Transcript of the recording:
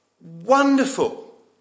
wonderful